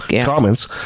comments